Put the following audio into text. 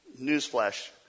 Newsflash